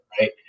right